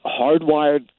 Hardwired